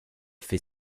fait